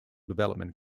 development